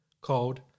called